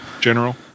general